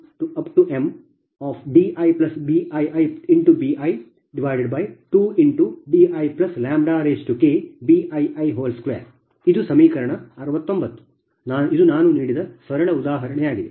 ಇದು ನಾನು ನೀಡಿದ ಸರಳ ಉದಾಹರಣೆಯಾಗಿದೆ